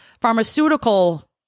pharmaceutical